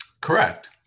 Correct